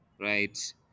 right